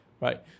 right